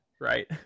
Right